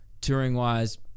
touring-wise